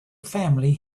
family